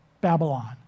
Babylon